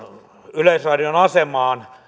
yleisradion asemaan